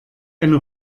eine